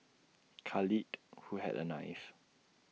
Khalid who had A knife